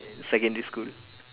secondary school